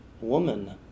woman